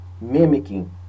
mimicking